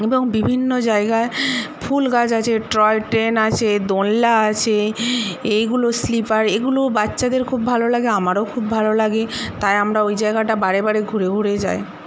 এবং বিভিন্ন জায়গায় ফুল গাছ আছে টয় ট্রেন আছে দোলনা আছে এইগুলো স্লিপার এইগুলো বাচ্চাদের খুব ভালো লাগে আমারও খুব ভালো লাগে তাই আমরা ওই জায়গাটা বারেবারে ঘুরে ঘুরে যাই